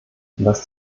was